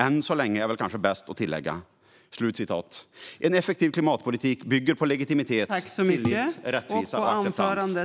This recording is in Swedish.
Än så länge är det kanske bäst att tillägga." En effektiv klimatpolitik bygger på legitimitet, tillit, rättvisa och acceptans.